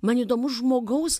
man įdomus žmogaus